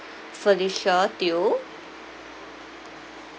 felicia teoh